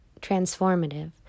transformative